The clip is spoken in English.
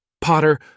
Potter